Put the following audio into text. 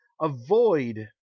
avoid